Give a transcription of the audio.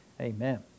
Amen